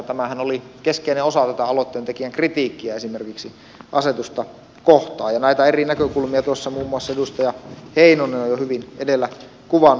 tämähän oli keskeinen osa tätä aloitteentekijän kritiikkiä esimerkiksi asetusta kohtaan ja näitä eri näkökulmia tuossa muun muassa edustaja heinonen on jo hyvin edellä kuvannut